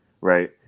Right